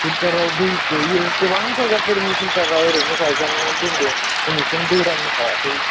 फिल्टाराव दै ग'यो गोबां जायगाफोरनि फिल्टारा ओरैनो गायजानानै दोनदों दिनैसिम दै रान्नो हायाखै